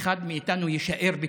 אחד מאיתנו יישאר בתפקידו.